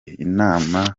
inama